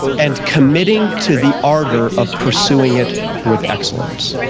and committing to the ardor of pursuing it with excellence.